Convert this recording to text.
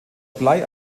blei